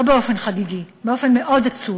לא באופן חגיגי, באופן מאוד עצוב,